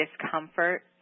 discomfort